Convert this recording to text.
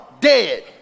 dead